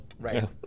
Right